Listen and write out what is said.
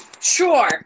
Sure